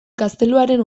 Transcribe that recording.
gazteluaren